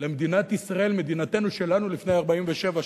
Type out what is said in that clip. למדינת ישראל, מדינתנו שלנו לפני 47 שנים,